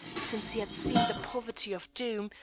since he had seen the poverty of doom,